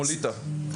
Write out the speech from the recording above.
כמו ליטא.